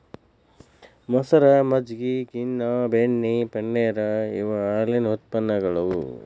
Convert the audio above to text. ಮಸರ, ಮಜ್ಜಗಿ, ಗಿನ್ನಾ, ಬೆಣ್ಣಿ, ಪನ್ನೇರ ಇವ ಹಾಲಿನ ಉತ್ಪನ್ನಗಳು